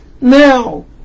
Now